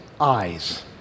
eyes